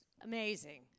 amazing